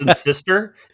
sister